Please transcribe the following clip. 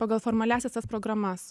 pagal formaliąsias tas programas